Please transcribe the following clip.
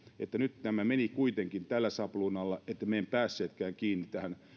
että nyt tämä meni kuitenkin sillä sabluunalla että me emme päässeetkään kiinni